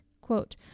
quote